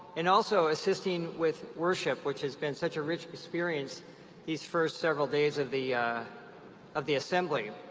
and also assisting with worship, which has been such a rich experience these first several days of the of the assembly.